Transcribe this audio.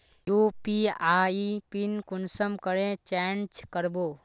UPI pin कुंसम करे change करबो?